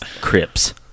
Crips